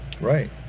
Right